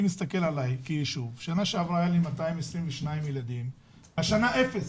אני מסתכל על היישוב שלי בשנה שעברה היו לי 222 ילדים והשנה אפס.